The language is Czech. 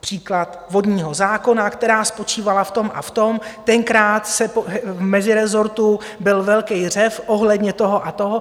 příklad vodního zákona, která spočívala v tom a v tom, tenkrát v mezirezortu byl velký řev ohledně toho a toho.